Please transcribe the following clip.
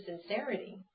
sincerity